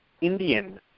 Indian